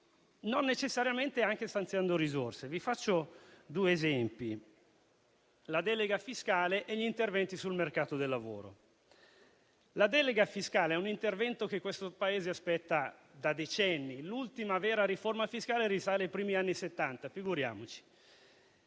non necessariamente stanziando risorse. Vi faccio due esempi: la delega fiscale e gli interventi sul mercato del lavoro. La delega fiscale è un intervento che questo Paese aspetta da decenni. L'ultima vera riforma fiscale risale ai primi anni Settanta, figuriamoci.